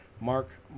mark